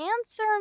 Answer